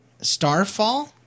Starfall